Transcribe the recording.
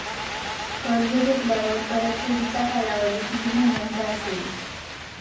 कर्ज घेतल्यावर परतफेडीचा कालावधी किती महिन्यांचा असेल?